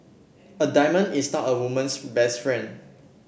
a diamond is not a woman's best friend